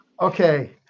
Okay